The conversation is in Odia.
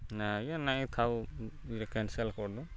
ନାଇଁ ଆଜ୍ଞା ନାଇଁ ଥାଉ ଇଟା କ୍ୟନ୍ସେଲ୍ କରିଦଉନ୍